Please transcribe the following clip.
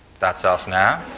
that's us now.